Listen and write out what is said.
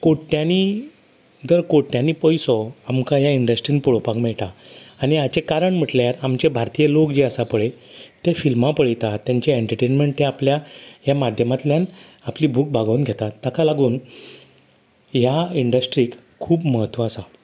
कोट्यांनी जर कोट्यांनी पयसो आमकां ह्या इंडस्ट्रीन पळोपाक मेळटा आनी हाचें कारण म्हटल्यार आमी आमचे भारतीय लोक जे आसा पळय ते फिल्मां पळयतात तेंचें एटंटेनमेंट ते आपल्या ह्या माध्यमांतल्यान आपली भूक भागोवन घेतात ताका लागून ह्या इंडस्ट्रीक खूब महत्व आसा